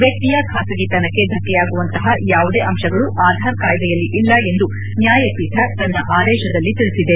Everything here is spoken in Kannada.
ವ್ಯಕ್ತಿಯ ಖಾಸಗಿತನಕ್ಕೆ ಧಕ್ಕೆಯಾಗುವಂತಹ ಯಾವುದೇ ಅಂಶಗಳು ಆಧಾರ್ ಕಾಯ್ದೆಯಲ್ಲಿ ಇಲ್ಲ ಎಂದು ನ್ಯಾಯಪೀಠ ತನ್ನ ಆದೇಶದಲ್ಲ ತಿಳಿಸಿದೆ